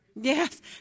Yes